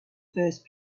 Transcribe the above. first